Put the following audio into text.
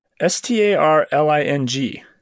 S-T-A-R-L-I-N-G